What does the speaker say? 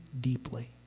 deeply